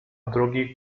drugi